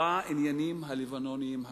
בעניינים הלבנוניים הפנימיים.